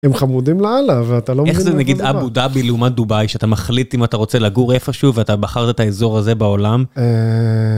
הם חמודים לאללה, ואתה לא מבין איך זה נגיד אבו דאבי לעומת דובאי, שאתה מחליט אם אתה רוצה לגור איפשהו, ואתה בחרת את האזור הזה בעולם.